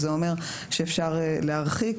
זה אומר שאפשר להרחיק,